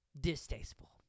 distasteful